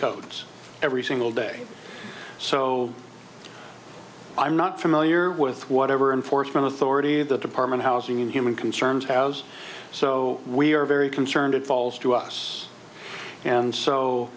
codes every single day so i'm not familiar with whatever enforcement authority the department of housing and human concerns has so we are very concerned it falls to us and